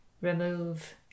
remove